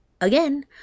again